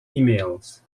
emails